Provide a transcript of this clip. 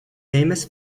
famous